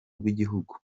rw’igihugu